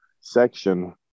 section